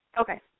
Okay